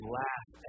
laugh